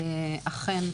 אכן,